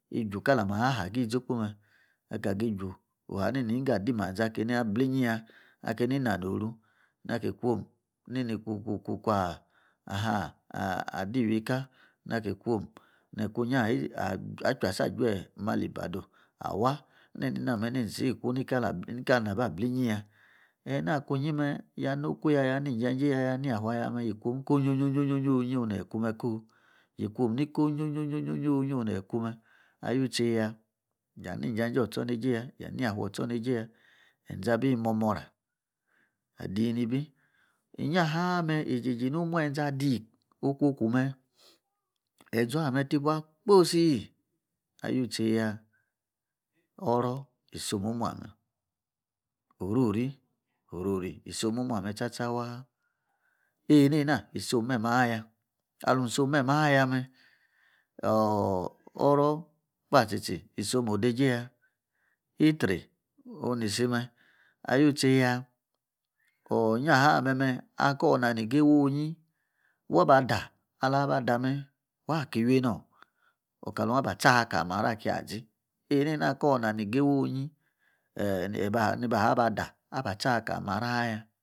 ijuw kala maa’ agii zopu mme alka ayi bi ju. Na ahanin na ba wu-ngo adi manzil kua bringi ya akeni inanoru na kikwum ni kukuku kuwa ah adi iwieka, naki kwum, hart ajwasa ajuni manti ibadi awa na ni iscwawa nikali raba plingi ya. Ayina akwunyi mme' ya noku ya, ya ni ijiajie ya ani yafaya yikwum nikonyonyonyi onia-ku me ko. Yikwum nikonyonyonyi onia-ku me! alutseya, ya ni janjie otsor niejieya ya nu yafah otsor niejieya enze abi momoral adinibi. Iniaa mmes ejeji omu enze adii okoku mme en zou ameh tiba kposi ayutse ya oro isum omua mme' ororiorori isum oma'ameh tsa tsa waa' ene-na, isum meme ayia, alu-isum meme ayia mme ooh oro lapa tsi-tsi isum ode-jie ya, itsri oni-isime ayutseiya meh akor nani gewu onyi waba daa alu waba daa’ meh wa’ ki iwienor yah ba tsaha ikali mero ki-azi enena kor nani gewu anyi, eeh eniabada' atsa kali maro aya.